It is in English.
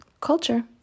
Culture